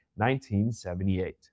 1978